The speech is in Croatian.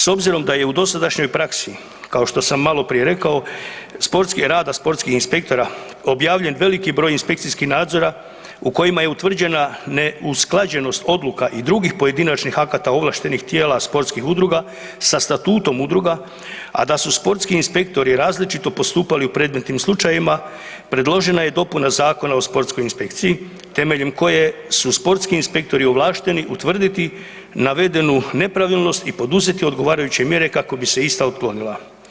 S obzirom da je u dosadašnjoj praksi kao što sam malo prije rekao sportski rad sportskih inspektora objavljen veliki broj inspekcijskih nadzora u kojima je utvrđena neusklađenost odluka i drugih pojedinačnih akata ovlaštenih tijela sportskih udruga sa statutom udruga, a da su sportski inspektori različito postupali u predmetnim slučajevima predložena je dopuna Zakona o sportskoj inspekciji temeljem koje su sportski inspektori ovlašteni utvrditi navedenu nepravilnost i poduzeti odgovarajuće mjere kako bi se ista otklonila.